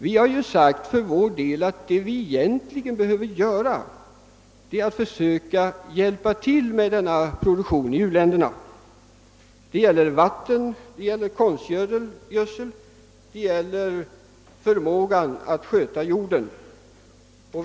Vi har ju för vår del hävdat att det man egentligen behöver göra är att försöka hjälpa till med denna produktion i u-länderna — det gäller vatten, det gäller konstgödsel, det gäller förmågan att sköta jorden.